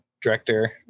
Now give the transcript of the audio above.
director